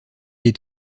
est